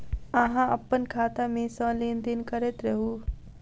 अहाँ अप्पन खाता मे सँ लेन देन करैत रहू?